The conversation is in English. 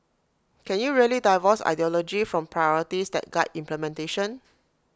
can you really divorce ideology from priorities that guide implementation